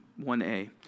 1A